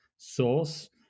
Source